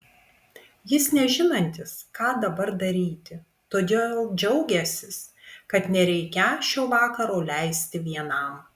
jis nežinantis ką dabar daryti todėl džiaugiąsis kad nereikią šio vakaro leisti vienam